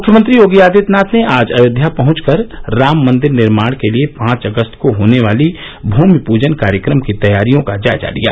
मुख्यमंत्री योगी आदित्यनाथ ने आज अयोध्या पहुंचकर राम मंदिर निर्माण के लिए पांच अगस्त को होने वाले भूमि पूजन कार्यक्रम की तैयारियों का जायजा लिया